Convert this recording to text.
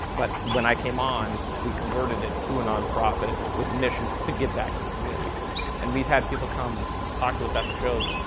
but when i came on we converted it to a nonprofit with the mission to give back to the community and we've had people come talk to us after shows,